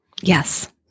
Yes